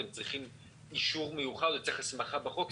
אתם צריכים אישור מיוחד או הסמכה בחוק.